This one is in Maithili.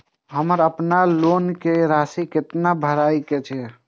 हमर अपन लोन के राशि कितना भराई के ये?